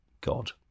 God